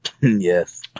Yes